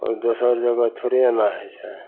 आओर दोसर जगह थोड़े एना होइ छै